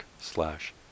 slash